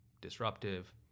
disruptive